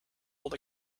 old